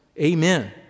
Amen